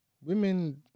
women